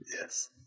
Yes